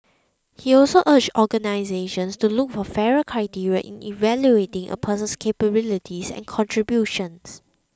he also urged organisations to look for fairer criteria in evaluating a person's capabilities and contributions